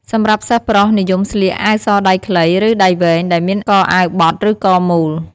សម្រាប់សិស្សប្រុស និយមស្លៀក អាវសដៃខ្លី ឬ ដៃវែង ដែលមានកអាវបត់ ឬកមូល។